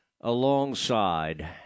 alongside